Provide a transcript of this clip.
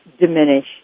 diminish